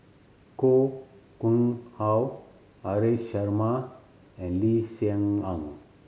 Koh Nguang How Haresh Sharma and Lee Hsien Yang